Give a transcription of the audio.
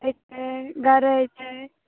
छै गरइ छै